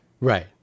Right